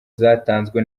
zatanzwe